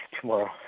tomorrow